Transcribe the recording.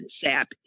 sap